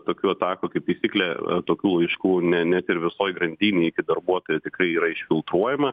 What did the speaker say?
tokių atakų kaip taisyklė tokių laiškų ne net ir visoj grandinėj iki darbuotojo tikrai yra išfiltruojama